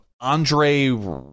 Andre